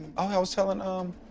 i was telling, um,